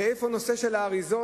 ואיפה נושא האריזות?